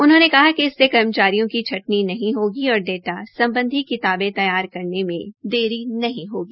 उन्होंने कहा कि इससे कर्मचारियों की छंटनी नहीं होगी और डाटा सम्बधी किताबें तैयार करने में देरी नहीं होगी